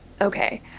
Okay